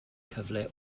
cyfle